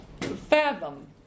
fathom